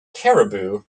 cariboo